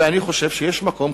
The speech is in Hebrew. ואני חושב שיש מקום,